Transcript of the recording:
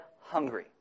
hungry